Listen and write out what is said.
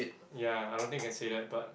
ya I don't think you can say that but